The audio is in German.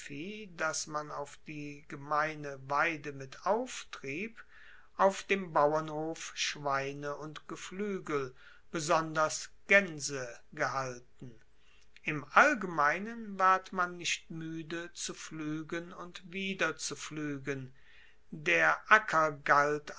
das man auf die gemeine weide mit auftrieb auf dem bauernhof schweine und gefluegel besonders gaense gehalten im allgemeinen ward man nicht muede zu pfluegen und wieder zu pfluegen der